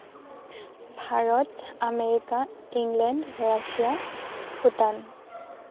Bharat America England Russia Bhutan